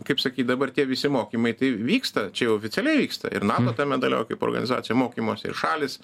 kaip sakyt dabar tie visi mokymai tai vyksta čia jau oficialiai vyksta ir nato tame dalyvauja kaip organizacija mokymuose ir šalys